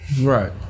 Right